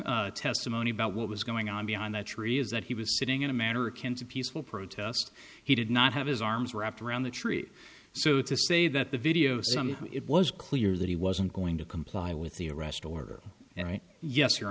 michael's testimony about what was going on beyond that tree is that he was sitting in a matter of cans of peaceful protest he did not have his arms wrapped around the tree so to say that the video some it was clear that he wasn't going to comply with the arrest order and yes your